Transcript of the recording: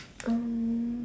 um